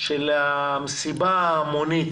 של מסיבה המונית